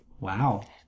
Wow